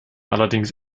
allerdings